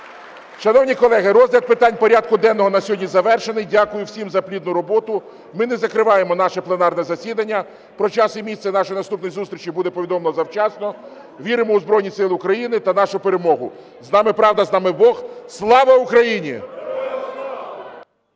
Шановні колеги, розгляд питань порядку денного на сьогодні завершений. Дякую всім за плідну роботу. Ми не закриваємо наше пленарне засідання. Про час і місце нашої наступної зустрічі буде повідомлено завчасно. Віримо у Збройні Сили України та нашу перемогу. З нами правда, з нами Бог. Слава Україні!